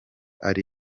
ari